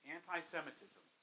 Anti-Semitism